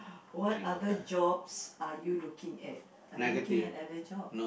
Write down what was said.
what other jobs are you looking at are you looking at other job